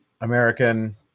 American